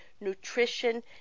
nutrition